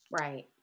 Right